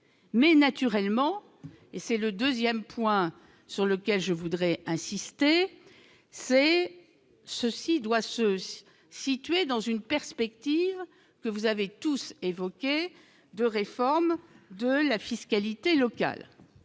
mais naturellement, et c'est le 2ème, point sur lequel je voudrais insister, c'est ceci doit se situer dans une perspective que vous avez tous évoqué de réforme de la fiscalité locale